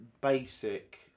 basic